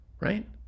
right